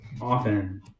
often